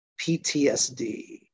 PTSD